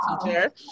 teacher